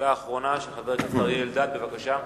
שאלה אחרונה, של חבר הכנסת אריה אלדד, בבקשה.